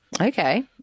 Okay